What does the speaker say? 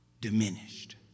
diminished